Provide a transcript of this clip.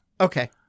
Okay